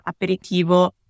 aperitivo